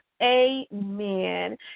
Amen